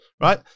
right